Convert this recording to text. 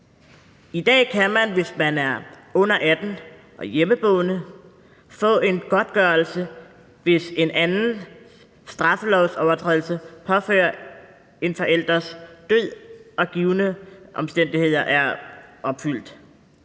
I dag kan man, hvis man er under 18 år og hjemmeboende, få en godtgørelse, hvis en straffelovsovertrædelse påfører en forælders død og givne omstændigheder er opfyldt.